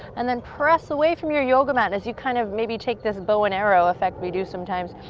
and then press away from your yoga mat, and as you kind of, maybe take this bow and arrow effect we do sometimes,